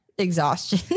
exhaustion